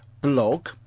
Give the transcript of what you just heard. blog